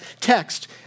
text